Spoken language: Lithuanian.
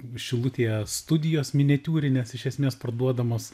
šilutėje studijos miniatiūrinės iš esmės parduodamos